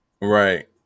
right